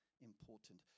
important